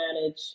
manage